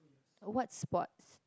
what sports